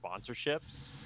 sponsorships